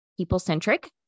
peoplecentric